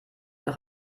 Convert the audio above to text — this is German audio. noch